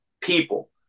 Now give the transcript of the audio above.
people